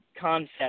concept